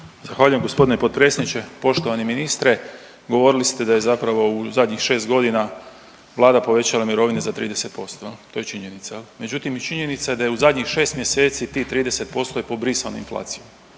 Zahvaljujem g. potpredsjedniče, poštovani ministre. Govorili ste da je zapravo u zadnjih 6 godina Vlada povećala mirovine za 30%, je li, to je činjenica. Međutim, i činjenica je da je u zadnjih 6 mjeseci tih 30% je pobrisano inflacijom.